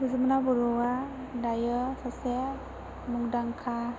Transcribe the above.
जुमुना बर'आ दायो सासे मुंदांखा